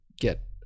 get